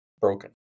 broken